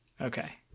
okay